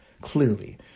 clearly